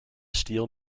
steel